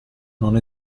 non